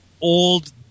old